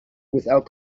without